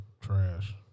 trash